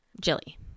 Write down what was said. Jilly